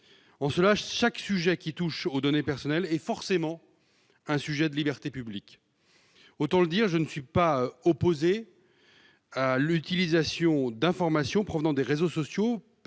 En cela, chaque question qui touche aux données personnelles est forcément un sujet de libertés publiques. Autant le dire, je ne suis pas opposé à l'utilisation d'informations provenant des réseaux sociaux